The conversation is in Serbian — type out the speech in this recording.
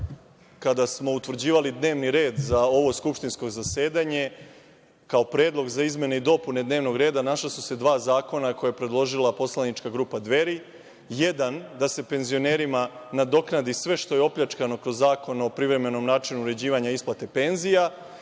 kada smo utvrđivali dnevni red za ovo skupštinsko zasedanje, kao predlog za izmene i dopune dnevnog reda našla su se dva zakona koja je predložila poslanička grupa Dveri. Jedan je da se penzionerima nadoknadi sve što je opljačkano kroz Zakon o privremenom načinu uređivanja isplate penzija